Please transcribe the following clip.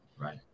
Right